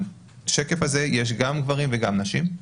בשקף הזה יש גם גברים וגם נשים,